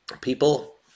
people